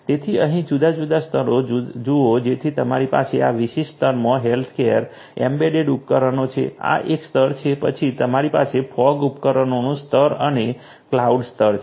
તેથી અહીં જુદા જુદા સ્તરો જુઓ જેથી અમારી પાસે આ વિશિષ્ટ સ્તરમાં હેલ્થકેર એમ્બેડેડ ઉપકરણો છે આ એક સ્તર છે પછી તમારી પાસે ફોગ ઉપકરણોનો સ્તર અને કલાઉડ સ્તર છે